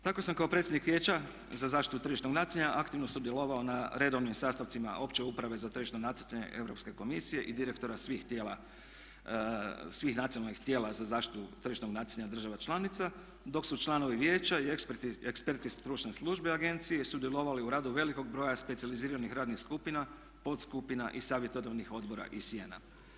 Tako sam kao predsjednik Vijeća za zaštitu tržišnog natjecanja aktivno sudjelovao na redovnim sastancima opće uprave za tržišno natjecanje Europske komisije i direktora svih tijela, svih nacionalnih tijela za zaštitu tržišnog natjecanja država članica dok su članovi vijeća i eksperti stručne službe agencije sudjelovali u radu velikog broja specijaliziranih radnih skupina, podskupina i savjetodavnih odbora ICN-a.